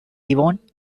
ivan